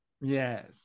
Yes